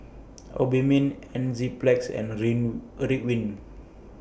Obimin Enzyplex and Win A Ridwind